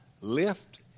lift